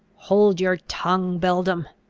hold your tongue, beldam!